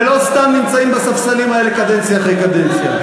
ולא סתם נמצאים בספסלים האלה קדנציה אחרי קדנציה.